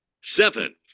seven